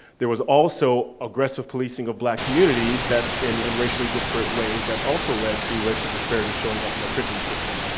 there was also aggressive policing of black communities in in racially disparate ways, that also led to racial disparity showing up in our prison system.